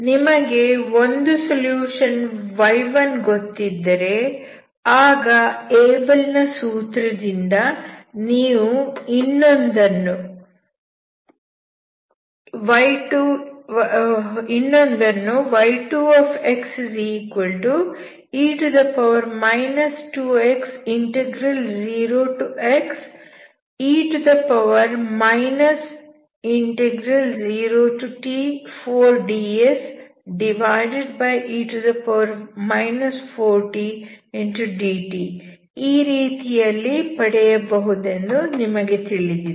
ನಿಮಗೆ ಒಂದು solution y1 ಗೊತ್ತಿದ್ದರೆ ಆಗ ಏಬಲ್ ನ ಸೂತ್ರ Abel's formula ದಿಂದ ನೀವು ಇನ್ನೊಂದನ್ನು y2e 2x0xe 0t4dse 4tdt ಈ ರೀತಿಯಲ್ಲಿ ಪಡೆಯಬಹುದೆಂದು ನಿಮಗೆ ತಿಳಿದಿದೆ